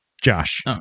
Josh